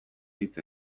hitz